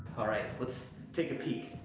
all right, let's take a peek.